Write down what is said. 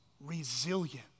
resilient